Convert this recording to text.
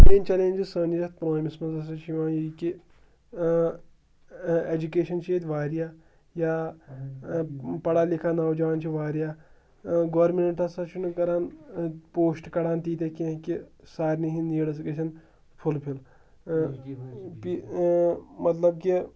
main challenges سٲنِس یَتھ پُلوٲمِس منٛز ہَسا چھِ یِوان یہِ کہِ ایجوکیشَن چھِ ییٚتہِ واریاہ یا پَڑا لِکھا نوجوان چھِ واریاہ گورمنٹ ہَسا چھُنہٕ کَران پوسٹ کَڑان تیٖتیاہ کینٛہہ کہِ سارنٕے ہِنٛدۍ نیٖڈٕس گَژھٮ۪ن فُلفِل مطلب کہِ